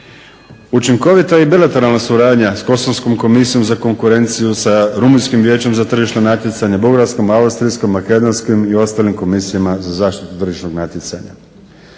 Učinkovita je i bilateralna suradnja sa kosovskom Komisijom za konkurenciju, sa rumunjskim Vijećem za tržišno natjecanje, bugarskim, austrijskim, makedonskim i ostalim komisijama za zaštitu tržišnog natjecanja.